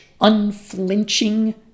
unflinching